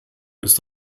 ist